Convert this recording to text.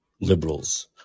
liberals